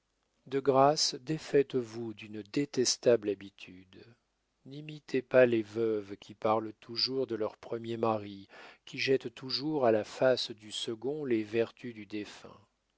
de grâce défaites-vous d'une détestable habitude n'imitez pas les veuves qui parlent toujours de leur premier mari qui jettent toujours à la face du second les vertus du défunt